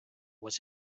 was